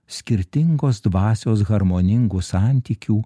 skirtingos dvasios harmoningų santykių